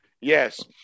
yes